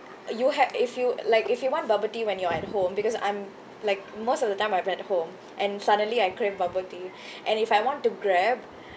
you ha~ if you like if you want bubble tea when you're at home because I'm like most of the time I went home and suddenly I crave bubble tea and if I want to grab